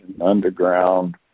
underground